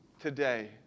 today